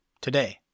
Today